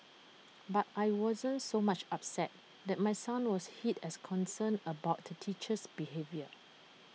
but I wasn't so much upset that my son was hit as concerned about the teacher's behaviour